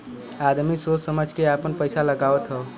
आदमी सोच समझ के आपन पइसा लगावत हौ